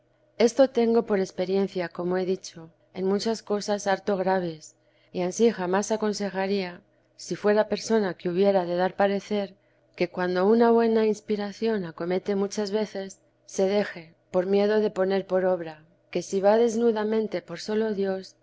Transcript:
esto tengo por experiencia como he dicho en muchas cosas harto graves y ansí jamás aconsejaría si fuera persona que hubiera de dar parecer que cuando una buena inspiración teresa de acomete muchas veces se deje por miedo de poner por obra que si va desnudamente por sólo dios